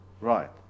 right